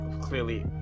Clearly